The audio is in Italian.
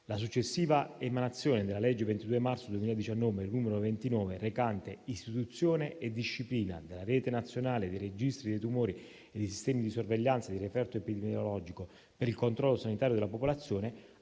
La successiva emanazione della legge 22 marzo 2019, n. 29, recante «Istituzione e disciplina della rete nazionale dei registri dei tumori e dei sistemi di sorveglianza di referto epidemiologico per il controllo sanitario della popolazione»,